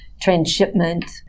transshipment